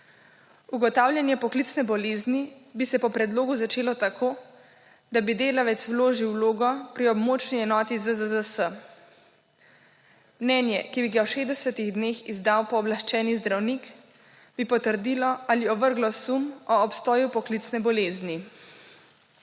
Ugotavljanje poklicne bolezni bi se po predlogu začelo tako, da bi delavec vložil vlogo pri območni enoti ZZZS. Mnenje, ki bi ga v 60 dneh izdal pooblaščeni zdravnik, bi potrdilo ali ovrglo sum o obstoju poklicne bolezni,